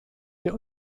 der